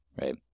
Right